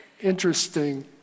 interesting